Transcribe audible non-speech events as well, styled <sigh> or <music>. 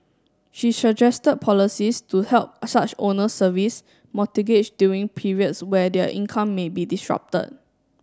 she suggested policies to help such owners service <unintelligible> during periods where their income may be disrupted